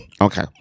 Okay